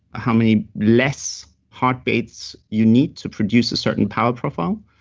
how many less heartbeats you need to produce a certain power profile.